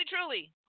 truly